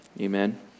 Amen